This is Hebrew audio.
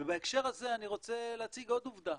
ובהקשר הזה אני רוצה להציג עוד עובדה.